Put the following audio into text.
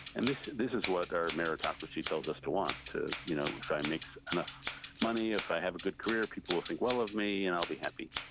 and this this is what our meritocracy tells us to want. you know if i make enough money, if i have a good career, people will think well of me, and i'll be happy.